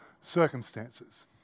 Circumstances